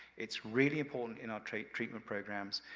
it's really important in our trade treatment programs,